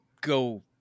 go